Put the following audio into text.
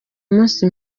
munsi